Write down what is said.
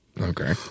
Okay